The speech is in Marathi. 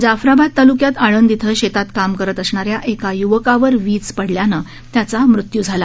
जाफराबाद तालुक्यात आळंद इथं शेतात काम करत असणाऱ्या एका य्वकावर वीज पडल्यानं त्याचा मृत्यू झाला